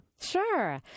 Sure